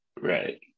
Right